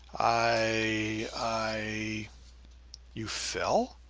i i you fell?